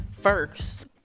first